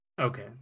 Okay